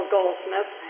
Goldsmith